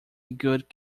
good